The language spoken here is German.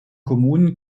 kommunen